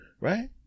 Right